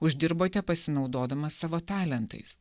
uždirbote pasinaudodamas savo talentais